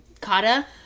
kata